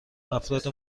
افراد